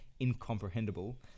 incomprehensible